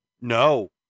No